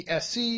SC